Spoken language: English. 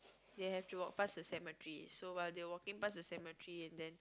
they have to walk past the cemetery so while they walking past the cemetery and then